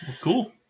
Cool